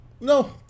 No